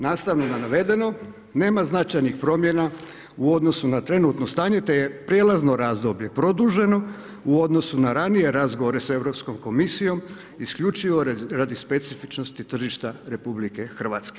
Nastavno na navedeno nema značajnih promjena u odnosu na trenutno stanje te je prijelazno razdoblje produženo u odnosu na ranije razgovore sa Europskom komisijom isključivo radi specifičnosti tržišta RH.